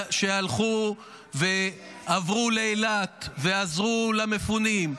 שהלכו ועברו לאילת ועזרו למפונים,